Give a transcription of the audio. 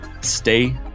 stay